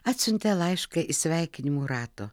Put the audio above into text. atsiuntė laišką į sveikinimų rato